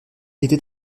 était